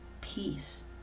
Peace